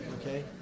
Okay